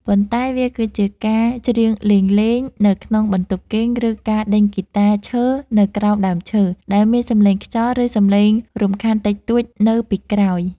ប៉ុន្តែវាគឺជាការច្រៀងលេងៗនៅក្នុងបន្ទប់គេង ឬការដេញហ្គីតាឈើនៅក្រោមដើមឈើ ដែលមានសំឡេងខ្យល់ ឬសំឡេងរំខានតិចតួចនៅពីក្រោយ។